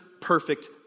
perfect